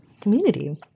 community